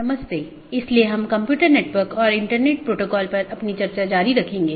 नमस्कार हम computer network और इंटरनेट पाठ्यक्रम पर अपनी चर्चा जारी रखेंगे